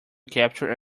capture